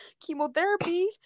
chemotherapy